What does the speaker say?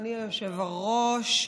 אדוני היושב-ראש,